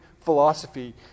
philosophy